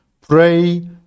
pray